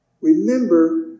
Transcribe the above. remember